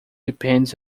depends